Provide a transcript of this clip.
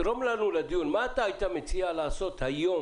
תרום לנו לדיון, מה אתה היית מציע לעשות היום